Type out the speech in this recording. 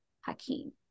Hakeem